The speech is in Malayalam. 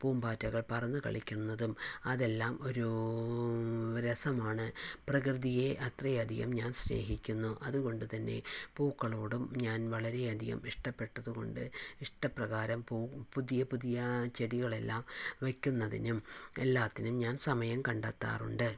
പൂമ്പാറ്റകൾ പറന്ന് കളിക്കുന്നതും അതെല്ലാം ഒരു രസമാണ് പ്രകൃതിയെ അത്രയധികം ഞാൻ സ്നേഹിക്കുന്നു അതുകൊണ്ട് തന്നെ പൂക്കളോടും ഞാൻ വളരെയധികം ഇഷ്ടപ്പെട്ടത് കൊണ്ട് ഇഷ്ടപ്രകാരം പൂ പുതിയ പുതിയ ചെടികളെല്ലാം വെക്കുന്നതിനും എല്ലാറ്റിനും ഞാൻ സമയം കണ്ടെത്താറുണ്ട്